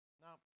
Now